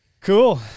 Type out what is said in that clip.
Cool